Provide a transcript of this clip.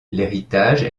l’héritage